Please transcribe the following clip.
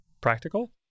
practical